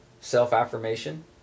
Self-affirmation